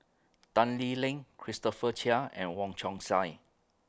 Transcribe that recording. Tan Lee Leng Christopher Chia and Wong Chong Sai